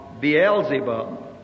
Beelzebub